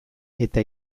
eta